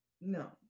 No